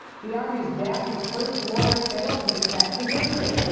he argues dassey's first lawyer failed to protect his interests,